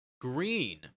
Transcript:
green